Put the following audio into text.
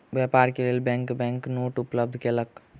व्यापार के लेल बैंक बैंक नोट उपलब्ध कयलक